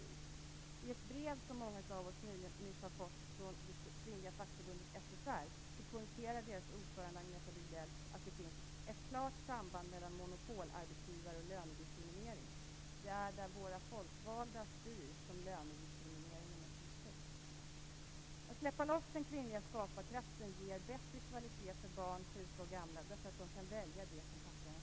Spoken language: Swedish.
I ett brev som många av oss nyligen har fått från det kvinnliga fackförbundet SSR, poängterar dess ordförande Agneta Bygdell att det finns ett "klart samband mellan monopolarbetsgivare och lönediskriminering". Det är där våra folkvalda styr som lönediskrimineringen är som störst. Att släppa loss den kvinnliga skaparkraften ger bättre kvalitet för barn, sjuka och gamla, därför att de kan välja det som passar dem själva bäst.